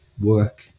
work